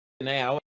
now